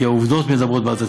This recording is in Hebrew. כי העובדות מדברות בעד עצמן.